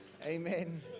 Amen